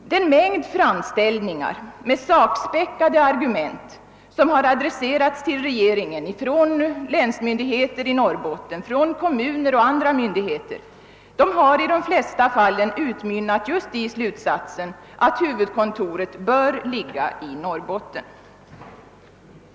Den mängd framställningar med sakspäckade argument som har adresserats till regeringen från länsmyndigheter i Norrbotten, från kommuner och andra myndigheter har i de flesta fall ut mynnat i slutsatsen att huvudkontoret bör ligga i Norrbotten.